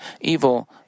evil